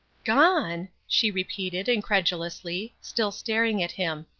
gone! she repeated, incredulously, still staring at him.